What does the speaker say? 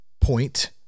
point